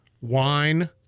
wine